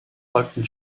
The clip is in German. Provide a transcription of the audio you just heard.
folgten